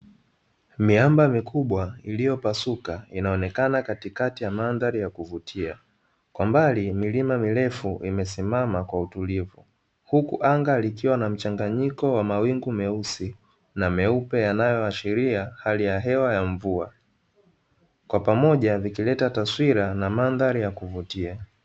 Miamba mikubwa iliyopasuka inaonekana katikati ya mandhari ya kuvutia, kwa mbali milima mirefu imesimama kwa utulivu, huku anga likiwa na mchanganyiko wa rangi nyeusi na meupe yanayoashiria hali ya hewa ya mvua kwa pamoja vikileta taswira na mandhari ya kuvutia.